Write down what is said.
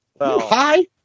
Hi